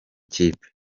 kipe